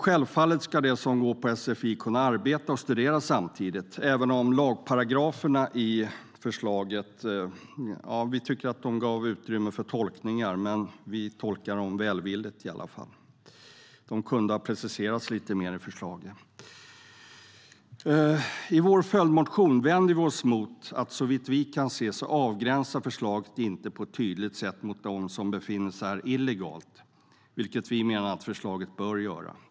Självfallet ska de som går på sfi kunna arbeta och studera samtidigt, även om vi tycker att lagparagraferna i förslaget kan ge utrymme för tolkningar. Vi tolkar dem välvilligt i alla fall; de kunde ha preciserats lite mer i förslaget. I vår följdmotion vänder vi oss emot att förslaget, såvitt vi kan se, inte på ett tydligt sätt avgränsar mot dem som befinner sig här illegalt, vilket vi menar att förslaget bör göra.